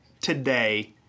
today